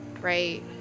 right